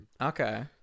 Okay